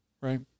right